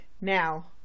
Now